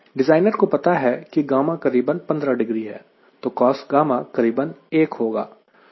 designer को पता है कि γ करीबन 15 डिग्री है तो cosγ करीबन 1 होगा